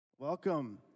Welcome